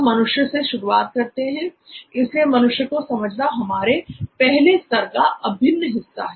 हम मनुष्य से शुरुआत करते हैं इसलिए मनुष्य को समझना हमारे पहले स्तर का अभिन्न हिस्सा है